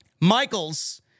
Michaels